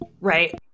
Right